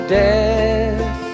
death